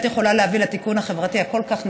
יכולה להביא לתיקון החברתי הנדרש כל כך,